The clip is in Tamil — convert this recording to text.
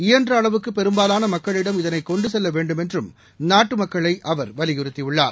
இயன்ற அளவுக்கு பெரும்பாலான மக்களிடம் இதனை கொண்டு செல்ல வேண்டுமென்றும் நாட்டு மக்களை அவர் வலியுறுத்தியுள்ளார்